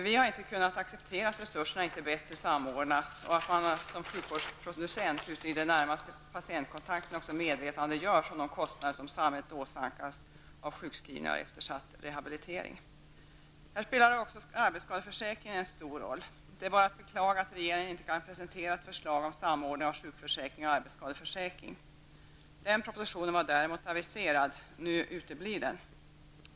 Vi har inte kunnat acceptera att resurserna inte bättre samordnas och att man som sjukvårdsproducent ute i den närmaste patientkontakten inte också medvetandegörs om de kostnader som samhället åsamkas av sjukskrivningar och eftersatt rehabilitering. Här spelar också arbetsskadeförsäkringen en stor roll. Det är bara att beklaga att regeringen inte kan presentera ett förslag om samordning av sjukförsäkring och arbetsskadeförsäkring. Den propositionen var däremot aviserad; nu uteblir den.